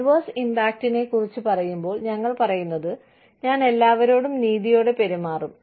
adverse ഇമ്പാക്റ്റ്ക്കുറിച്ച് പറയുമ്പോൾ ഞങ്ങൾ പറയുന്നത് ഞാൻ എല്ലാവരോടും നീതിയോടെ പെരുമാറും